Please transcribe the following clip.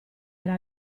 era